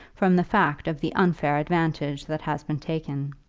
from the fact of the unfair advantage that has been taken.